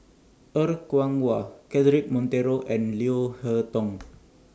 Er Kwong Wah Cedric Monteiro and Leo Hee Tong